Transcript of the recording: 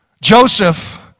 Joseph